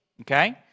okay